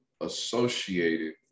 associated